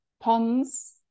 ponds